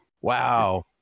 wow